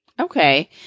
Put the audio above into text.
Okay